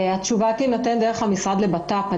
התשובה תינתן דרך המשרד לביטחון פנים.